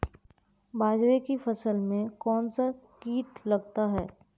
बाजरे की फसल में कौन सा कीट लगता है?